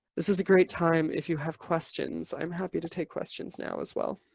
this is a great time if you have questions. i'm happy to take questions now as well.